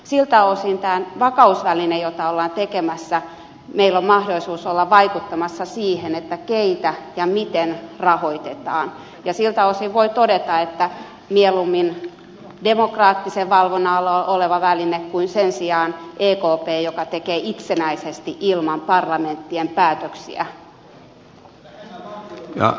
siltä osin tässä vakausvälineessä jota ollaan tekemässä meillä on mahdollisuus olla vaikuttamassa siihen keitä ja miten rahoitetaan ja siltä osin voi todeta että mieluummin demokraattisen valvonnan alla oleva väline kuin sen sijaan ekp joka toimii itsenäisesti ilman parlamenttien päätöksiä